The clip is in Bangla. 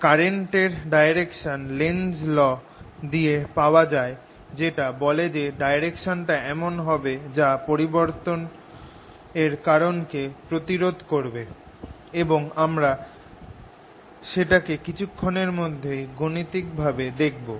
কারেন্ট এর direction Lenz's law Lenzs law দিয়ে পাওয়া যায় যেটা বলে যে ডাইরেকশনটা এমন হবে যা পরিবর্তনের কারণকে প্রতিরোধ করবে এবং আমরা সেটাকে কিছুক্ষণের মধ্যে গাণিতিক ভাবে দেখবো